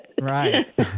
Right